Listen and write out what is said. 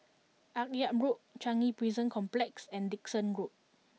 Akyab Road Changi Prison Complex and Dickson Road